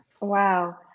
Wow